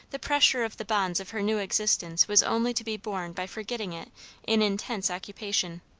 the pressure of the bonds of her new existence was only to be borne by forgetting it in intense occupation.